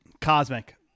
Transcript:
Cosmic